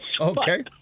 Okay